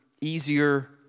easier